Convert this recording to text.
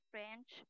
French